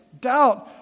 doubt